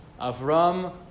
Avram